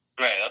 Right